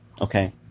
Okay